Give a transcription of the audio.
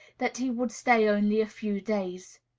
that he would stay only a few days.